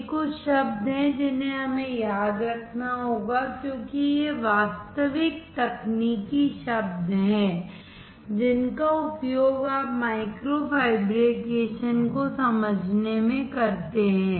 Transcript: ये कुछ शब्द हैं जिन्हें हमें याद रखना होगा क्योंकि ये वास्तविक तकनीकी शब्द हैं जिनका उपयोग आप माइक्रो फैब्रिकेशन को समझने में करते हैं